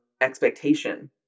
expectation